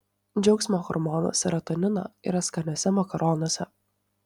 džiaugsmo hormono serotonino yra skaniuose makaronuose